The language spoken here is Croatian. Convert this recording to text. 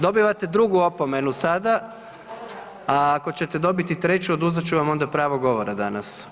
Dobivate drugu opomenu sada, a ako ćete dobiti treću oduzet ću vam onda pravo govora danas.